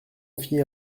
fit